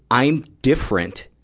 i'm different.